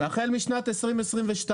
--- החל משנת 2022,